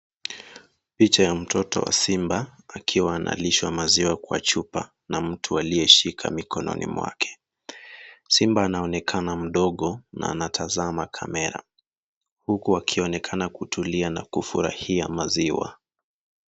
Picha ya mtoto wa simba akiwa analishwa maziwa kwa chupa na mtu aliyeshika mikononi mwake. Simba anaonekana mdogo na anatazama kamera huku akionekana kutulia na kufurahia maziwa.